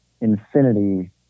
infinity